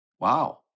Wow